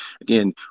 again